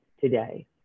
today